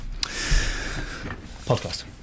Podcast